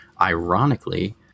ironically